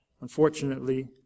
unfortunately